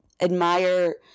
admire